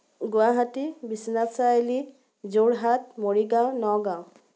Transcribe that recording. Guwahati Biswanath Chariali Jorhat Morigaon Nagaon